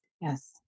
Yes